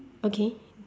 okay